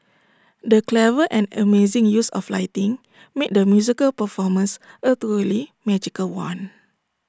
the clever and amazing use of lighting made the musical performance A truly magical one